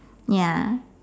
ya